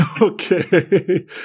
okay